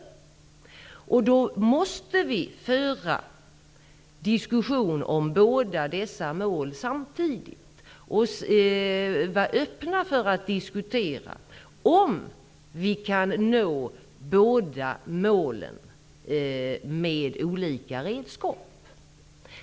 Vi måste då vara öppna för att diskutera båda dessa mål samtidigt och diskutera om vi kan nå båda målen med olika redskap.